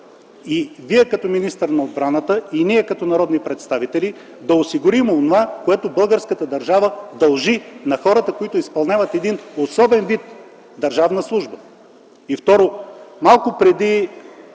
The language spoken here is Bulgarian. – Вие като министър на отбраната и ние като народни представители, да осигурим онова, което българската държава дължи на хората, изпълняващи особен вид държавна служба. И второ, преди